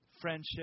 Friendship